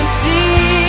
see